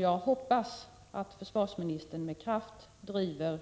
Jag hoppas att försvarsministern med kraft driver